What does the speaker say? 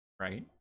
Right